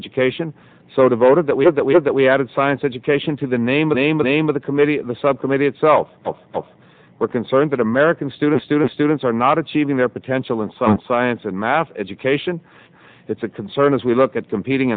education so devoted that we know that we know that we added science education to the name a name name of the committee the subcommittee itself were concerned that american students to the students are not achieving their potential in some science and math education it's a concern as we look at competing